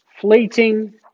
fleeting